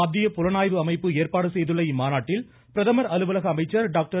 மத்திய புலனாய்வு அமைப்பு ஏற்பாடு செய்துள்ள இம்மாநாட்டில் பிரதமர் அலுவலக அமைச்சர் டாக்டர்